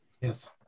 yes